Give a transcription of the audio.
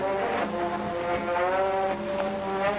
or